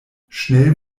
schnell